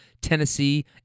Tennessee